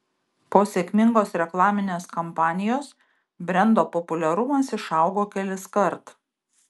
po sėkmingos reklaminės kampanijos brendo populiarumas išaugo keliskart